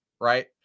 right